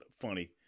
funny